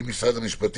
את אנשי משרד המשפטים,